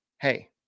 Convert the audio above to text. Hey